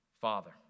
Father